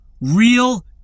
real